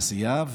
בעשייה.